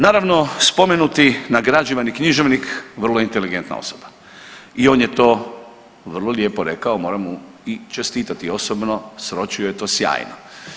Naravno, spomenuti nagrađivani književnik je vrlo inteligentna osoba i on je to vrlo lijepo rekao, moram mu i čestitati osobno, sročio je to sjajno.